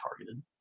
targeted